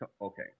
okay